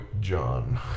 John